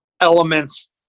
elements